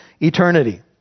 eternity